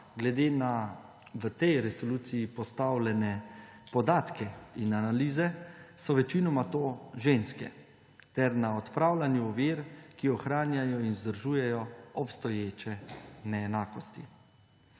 glede na v tej resoluciji postavljene podatke in analize so večinoma to ženske –, ter odpravljanju ovir, ki ohranjajo in vzdržujejo obstoječe neenakosti.